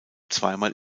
zweimal